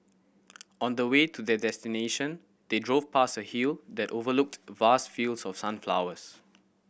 on the way to their destination they drove past a hill that overlooked vast fields of sunflowers